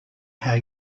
how